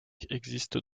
existent